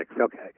Okay